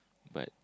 but